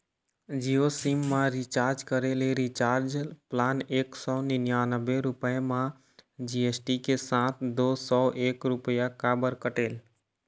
Jio SIM मा recharge करे ले रिचार्ज प्लान एक सौ निन्यानबे रुपए मा जी.एस.टी के साथ दो सौ एक रुपया काबर कटेल?